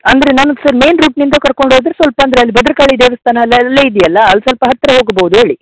ಅಂದರೆ ನಾನು sir main ರೂಟಿನಿಂದ ಕರ್ಕೊಂಡು ಹೋದ್ರ್ ಸ್ವಲ್ಪ ಅಂದರೆ ಅಲ್ಲಿ ಭದ್ರಕಾಳಿ ದೇವಸ್ಥಾನ ಎಲ್ಲ ಅಲ್ಲೇ ಇದೆಯಲ್ಲ ಅಲ್ಲಿ ಸ್ವಲ್ಪ ಹತ್ತಿರ ಹೋಗ್ಬೌದು ಹೇಳಿ